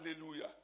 Hallelujah